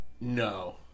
No